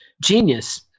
genius